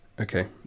Okay